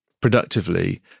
productively